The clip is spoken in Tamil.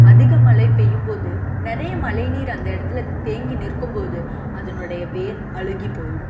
அதிக மழை பெய்யும் போது நிறைய மழை நீர் அந்த இடத்துல தேங்கி நிற்கும் போது அதனுடைய வேர் அழுகி போயிடும்